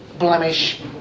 blemish